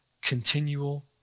continual